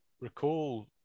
recall